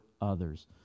others